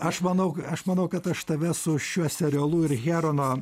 aš manau aš manau kad aš tave su šiuo serialu ir herono